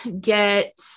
get